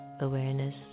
awareness